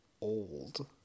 old